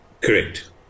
Correct